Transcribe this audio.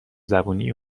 زبونی